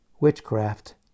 witchcraft